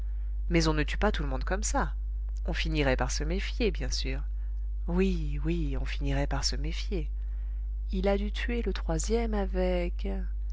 mais on ne tue pas tout le monde comme ça on finirait par se méfier bien sûr oui oui on finirait par se méfier il a dû tuer le troisième avec